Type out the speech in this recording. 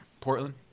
Portland